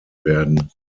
werden